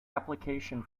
application